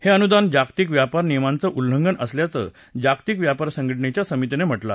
हे अनुदान जागतिक व्यापार नियमांचं उल्लंघन असल्याचं जागतिक व्यापार संघटनेच्या समितीनं म्हटलं आहे